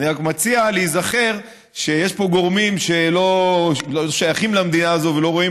אני רק מציע להיזכר שיש פה גורמים שלא שייכים למדינה הזאת ולא רואים